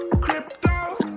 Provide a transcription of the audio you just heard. crypto